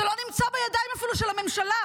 זה אפילו לא נמצא בידיים של הממשלה.